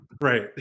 Right